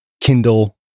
Kindle